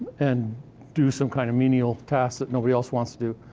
and do some kind of menial task that nobody else wants to do.